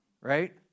right